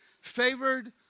favored